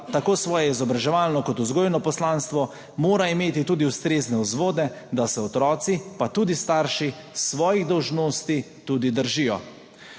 tako svoje izobraževalno kot vzgojno poslanstvo, mora imeti tudi ustrezne vzvode, da se otroci, pa tudi starši, svojih dolžnosti tudi držijo.